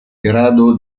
grado